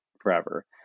forever